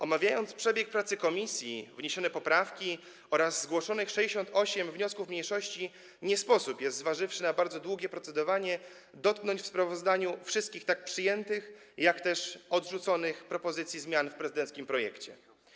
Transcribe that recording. Omawiając przebieg pracy komisji, wniesione poprawki oraz zgłoszonych 68 wniosków mniejszości, nie sposób jest, zważywszy na bardzo długie procedowanie, dotknąć w sprawozdaniu wszystkich, tak przyjętych, jak odrzuconych, propozycji zmian w prezydenckim projekcie.